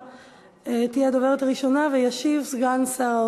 2526, 2528, 2534,